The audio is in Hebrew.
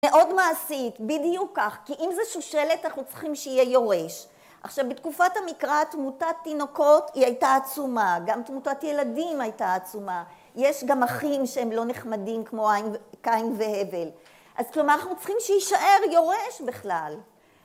מאוד מעשית, בדיוק כך, כי אם זה שושלת, אנחנו צריכים שיהיה יורש. עכשיו, בתקופת המקרא, תמותת תינוקות היא הייתה עצומה, גם תמותת ילדים הייתה עצומה. יש גם אחים שהם לא נחמדים, כמו קין והבל. אז כלומר, אנחנו צריכים שיישאר יורש בכלל.